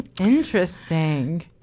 Interesting